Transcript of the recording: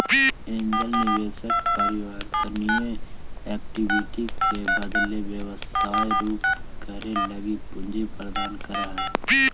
angel निवेशक परिवर्तनीय equity के बदले व्यवसाय शुरू करे लगी पूंजी प्रदान करऽ हइ